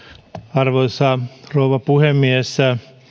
arvoisa rouva puhemies